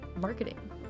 marketing